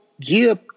give